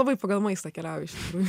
labai pagal maistą keliauju iš tikrųjų